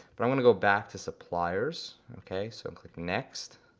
but i wanna go back to suppliers. okay so click next.